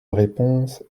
réponse